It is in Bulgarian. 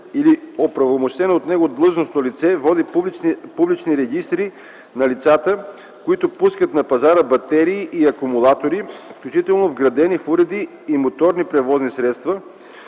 или оправомощено от него длъжностно лице води публични регистри на лицата, които пускат на пазара батерии и акумулатори, включително вградени в уреди и моторни превозни средства,